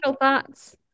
thoughts